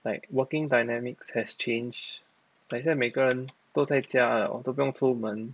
like working dynamics has changed 改天每个人都在家了都不用出门